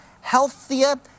healthier